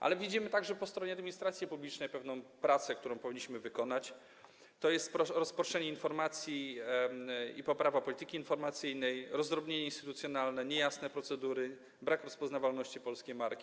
Ale widzimy także po stronie administracji publicznej pewną pracę, którą powinniśmy wykonać, to jest: rozproszenie informacji i poprawa polityki informacyjnej, rozdrobnienie instytucjonalne, niejasne procedury, brak rozpoznawalności polskiej marki.